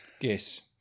Yes